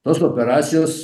tos operacijos